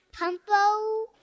Pumpo